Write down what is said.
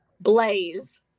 Blaze